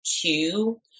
two